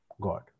God